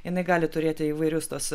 jinai gali turėti įvairius tuos